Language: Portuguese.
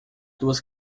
duas